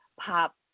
pop